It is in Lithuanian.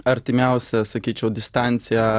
artimiausia sakyčiau distancija